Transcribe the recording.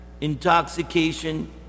intoxication